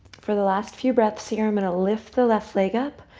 for the last few breaths here, i'm going to lift the left leg up,